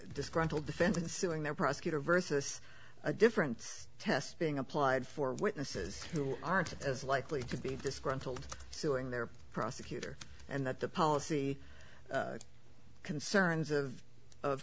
disgruntled defense and suing their prosecutor versus a different test being applied for witnesses who aren't as likely to be disgruntled suing their prosecutor and that the policy concerns of